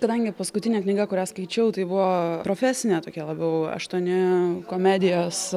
kadangi paskutinė knyga kurią skaičiau tai buvo profesine tokia labiau aštuoni komedijos